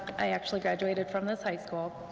i actually graduated from this high school,